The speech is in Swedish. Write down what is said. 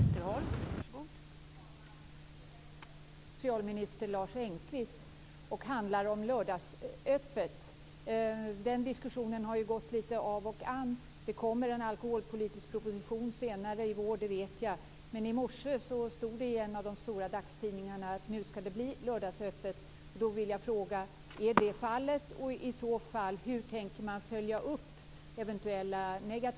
Fru talman! Min fråga riktar sig till socialminister Lars Engqvist och handlar om lördagsöppet på Systembolaget. Den diskussionen har ju gått lite av och an. Det kommer en alkoholpolitisk proposition senare i vår, det vet jag. Men i morse stod det i en av de stora dagstidningarna att det nu skall bli lördagsöppet.